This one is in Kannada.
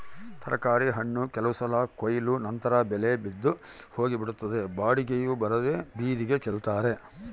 ತರಕಾರಿ ಹಣ್ಣು ಕೆಲವು ಸಲ ಕೊಯ್ಲು ನಂತರ ಬೆಲೆ ಬಿದ್ದು ಹೋಗಿಬಿಡುತ್ತದೆ ಬಾಡಿಗೆಯೂ ಬರದೇ ಬೀದಿಗೆ ಚೆಲ್ತಾರೆ